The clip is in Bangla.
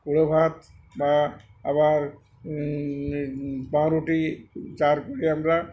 উড়ো ভাত বা আবার পাউরুটি চার করে আমরা